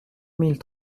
mille